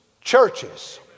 churches